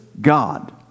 God